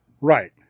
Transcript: right